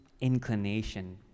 inclination